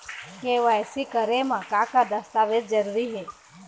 KYC करे म का का दस्तावेज जरूरी हे?